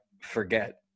forget